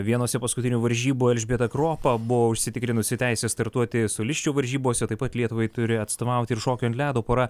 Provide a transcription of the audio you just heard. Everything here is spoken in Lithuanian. vienose paskutinių varžybų elžbieta kropa buvo užsitikrinusi teisę startuoti solisčių varžybose taip pat lietuvai turi atstovauti ir šokių ant ledo pora